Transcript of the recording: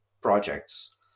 projects